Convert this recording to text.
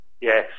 Yes